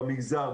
במגזר,